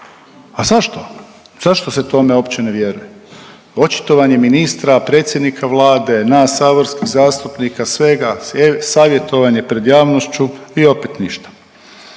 A zašto? Zašto se tome uopće ne vjeruje? Očitovanje ministra, predsjednika Vlade, nas saborskih zastupnika, svega, savjetovanje pred javnošću i opet ništa.